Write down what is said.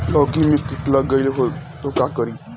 लौकी मे किट लग जाए तो का करी?